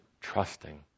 trusting